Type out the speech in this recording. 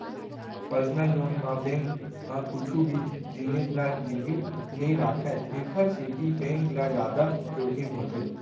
personal loan म bank ह कुछु भी जिनिस ल गिरवी नइ राखय एखर सेती बेंक ल जादा जोखिम होथे